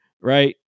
right